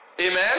Amen